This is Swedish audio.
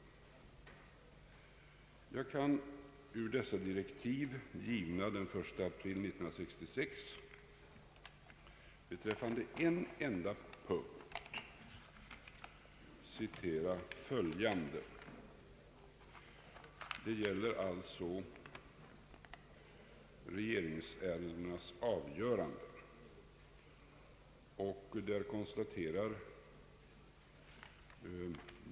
Jag kan ur dessa direktiv, givna den 1 april 1966, beträffande en enda punkt som gäller regeringsärendenas avgörande citera följande.